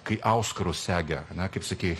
kai auskarus segė ane kaip sakei